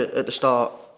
at the start,